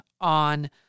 on